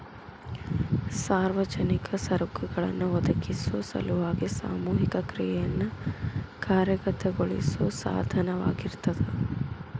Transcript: ಸಾರ್ವಜನಿಕ ಸರಕುಗಳನ್ನ ಒದಗಿಸೊ ಸಲುವಾಗಿ ಸಾಮೂಹಿಕ ಕ್ರಿಯೆಯನ್ನ ಕಾರ್ಯಗತಗೊಳಿಸೋ ಸಾಧನವಾಗಿರ್ತದ